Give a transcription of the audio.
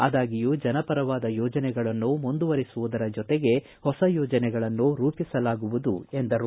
ಆದಾಗಿಯೂ ಜನಪರವಾದ ಯೋಜನೆಗಳನ್ನು ಮುಂದುವರೆಸುವುದರ ಜೊತೆಗೆ ಹೊಸ ಯೋಜನೆಗಳನ್ನು ರೂಪಿಸಲಾಗುತ್ತದೆ ಎಂದರು